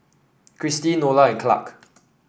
Kristi Nola and Clarke